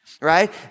right